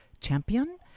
Champion